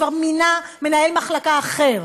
כבר מינה מנהל מחלקה אחר,